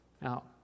Now